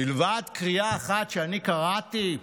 מלבד קריאה אחת שאני קראתי,